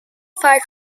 fire